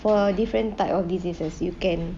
for different type of diseases you can